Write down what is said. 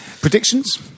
Predictions